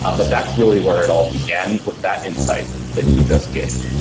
um but that's really where it all began with that insight that you just gave.